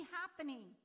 happening